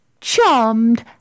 Charmed